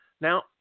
now